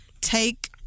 Take